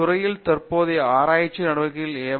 துறையின் தற்போதைய ஆராய்ச்சி நடவடிக்கைகள் எவை